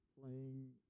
playing